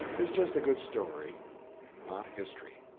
is just a good story and not history.